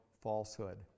falsehood